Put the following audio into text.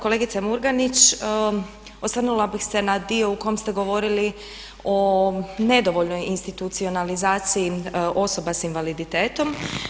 Kolegice Murganić, osvrnula bi se na dio u kom ste govorili o nedovoljnoj institucionalizaciji osoba s invaliditetom.